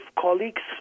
colleagues